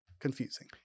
confusing